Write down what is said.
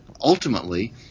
ultimately